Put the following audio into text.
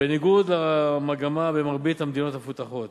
בניגוד למגמה במרבית המדינות המפותחות,